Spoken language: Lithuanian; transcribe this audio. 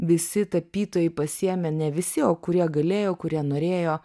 visi tapytojai pasiėmė ne visi o kurie galėjo kurie norėjo